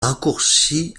raccourci